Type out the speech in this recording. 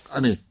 Ani